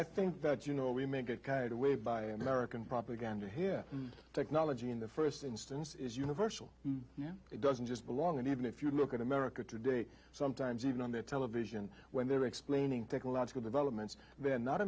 i think that you know we may get carried away by american propaganda here and technology in the first instance is universal now it doesn't just belong and even if you look at america today sometimes even on the television when they're explaining technological developments th